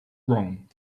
wrong